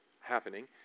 happening